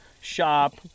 shop